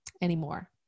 anymore